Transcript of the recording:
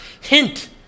hint